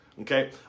Okay